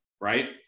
right